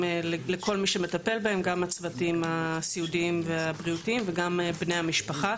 לכל מי שמטפל בהם גם הצוותים הסיעודיים והבריאותיים וגם בני המשפחה.